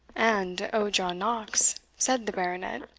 and, o john knox said the baronet,